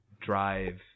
drive